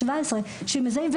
17 שמזהים,